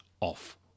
off